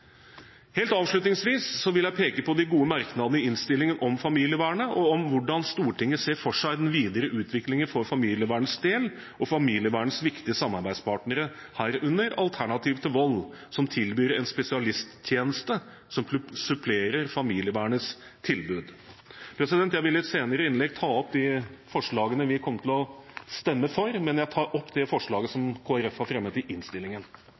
Helt avslutningsvis vil jeg peke på de gode merknadene i innstillingen om familievernet og om hvordan Stortinget ser for seg den videre utviklingen for familievernets del og for familievernets viktige samarbeidspartnere, herunder Alternativ til vold, som tilbyr en spesialisttjeneste som supplerer familievernets tilbud. Jeg vil i et senere innlegg forklare hvilke forslag vi kommer til å stemme for, men jeg tar opp det forslaget som Kristelig Folkeparti har fremmet i innstillingen.